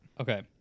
Okay